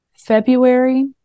February